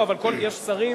אבל יש שרים,